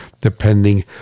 depending